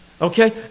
Okay